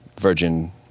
virgin